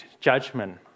judgment